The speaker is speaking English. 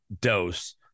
dose